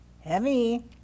Heavy